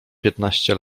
piętnaście